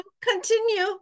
Continue